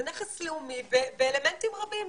זה נכס לאומי באלמנטים רבים,